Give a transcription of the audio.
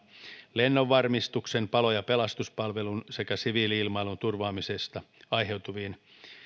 lennonvarmistuksen palo ja pelastuspalvelun sekä siviili ilmailun turvaamisesta aiheutuviin